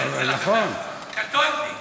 קטונתי.